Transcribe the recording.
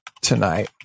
Tonight